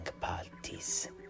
parties